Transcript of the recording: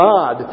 God